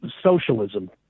socialism